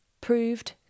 proved